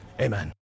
Amen